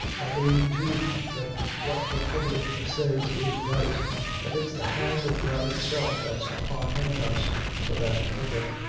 i believe too that what the public says is right that it's the hand of god himself that's upon him an' us for that murdher.